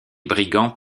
brigands